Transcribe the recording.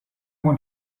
want